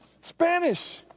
Spanish